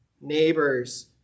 neighbors